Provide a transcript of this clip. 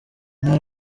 nta